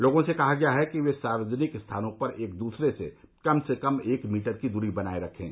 लोगों से कहा गया है कि वे सार्वजनिक स्थानों पर एक दूसरे से कम से कम एक मीटर की दूरी बनाये रखें